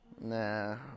nah